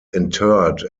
interred